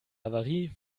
havarie